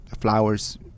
flowers